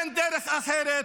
אין דרך אחרת.